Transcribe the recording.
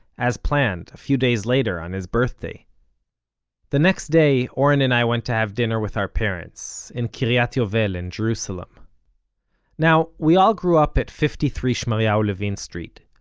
as planned, a few days later on his birthday the next day, oren and i went to have dinner with our parents, in kiryat yovel, in jerusalem now, we all grew up at fifty three shmaryahu levin street,